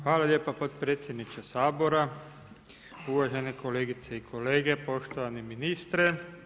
Hvala lijepa potpredsjedniče Sabora, uvažene kolegice i kolege, poštovani ministre.